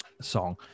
song